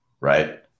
Right